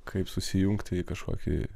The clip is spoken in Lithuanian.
kaip susijungti į kažkokį